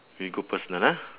we go personal ah